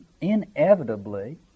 inevitably